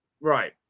right